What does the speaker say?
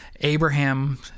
Abraham